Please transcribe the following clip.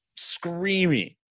screaming